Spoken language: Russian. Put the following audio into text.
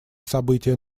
события